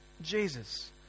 Jesus